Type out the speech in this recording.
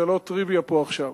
זה לא טריוויה פה עכשיו.